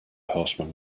horseman